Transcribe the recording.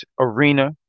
Arena